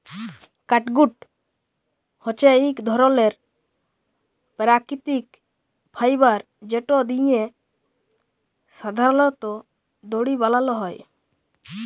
catgut হছে ইক ধরলের পাকিতিক ফাইবার যেট দিঁয়ে সাধারলত দড়ি বালাল হ্যয়